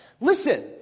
Listen